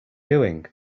doing